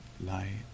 light